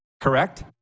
correct